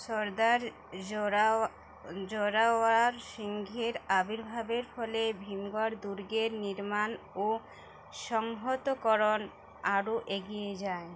সর্দার জোরাও জোরাওয়ার সিংহের আবির্ভাবের ফলে ভীমগড় দুর্গের নির্মাণ ও সংহতকরণ আরও এগিয়ে যায়